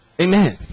Amen